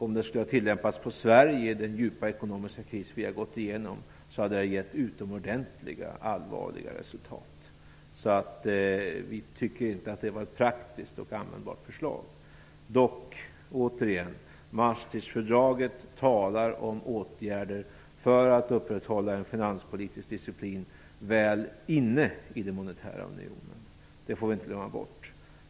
Om den skulle ha tillämpats på Sverige, med den djupa ekonomiska kris vi har gått igenom, hade den givit utomordentligt allvarliga resultat. Vi tycker alltså inte att det var ett praktiskt och användbart förslag. Dock vill jag återigen påpeka: Maastrichtfördraget talar om åtgärder för att upprätthålla en finanspolitisk disciplin väl inne i den monetära unionen. Det får vi inte glömma bort.